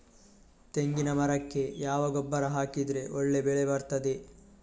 ತೆಂಗಿನ ಮರಕ್ಕೆ ಯಾವ ಗೊಬ್ಬರ ಹಾಕಿದ್ರೆ ಒಳ್ಳೆ ಬೆಳೆ ಬರ್ತದೆ?